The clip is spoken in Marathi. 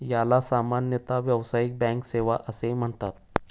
याला सामान्यतः व्यावसायिक बँक सेवा असेही म्हणतात